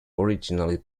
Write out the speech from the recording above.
originally